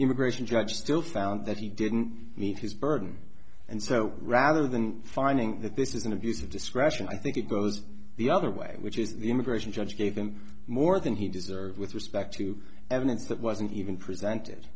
immigration judge still found that he didn't meet his burden and so rather than finding that this is an abuse of discretion i think it goes the other way which is the immigration judge gave him more than he deserved with respect to evidence that wasn't even present